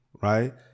right